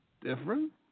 Different